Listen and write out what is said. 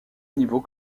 niveau